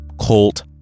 Colt